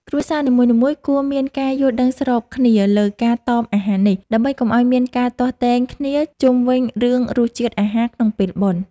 គ្រួសារនីមួយៗគួរមានការយល់ដឹងស្របគ្នាលើការតមអាហារនេះ ដើម្បី កុំឱ្យមានការទាស់ទែងគ្នាជុំវិញរឿងរសជាតិអាហារក្នុងពេលបុណ្យ។